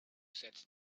sets